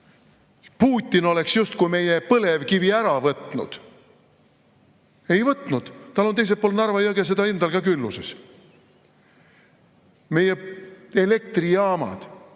Putin oleks justkui meie põlevkivi ära võtnud. Ei ole võtnud, tal on teisel pool Narva jõge seda endal ka külluses. Meie elektrijaamad